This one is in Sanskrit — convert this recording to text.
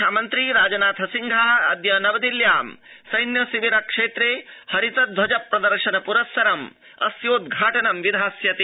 रक्षामन्त्री राजनाथसिंहः अद्य नवदिल्ल्यां सैन्यशिविरःक्षेत्रे हरित ध्वज प्रदर्शनेन सह अस्योद्घाटनं विधास्यति